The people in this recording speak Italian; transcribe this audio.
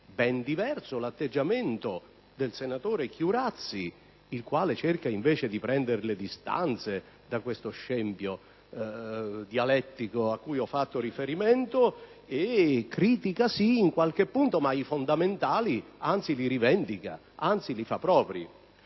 Ben diverso è l'atteggiamento del senatore Chiurazzi, il quale cerca di prendere le distanze da questo scempio dialettico a cui ho fatto riferimento e, pur criticando qualche punto, rivendica i fondamentali e, anzi, li fa propri.